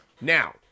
Now